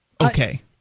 okay